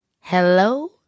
Hello